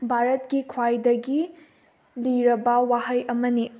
ꯚꯥꯔꯠꯀꯤ ꯈ꯭ꯋꯥꯏꯗꯒꯤ ꯂꯤꯔꯕ ꯋꯥꯍꯩ ꯑꯃꯅꯤ